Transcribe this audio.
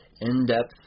in-depth